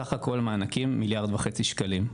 סך הכל מענקים מיליארד וחצי שקלים.